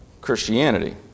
Christianity